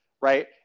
right